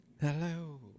Hello